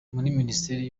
minisiteri